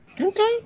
okay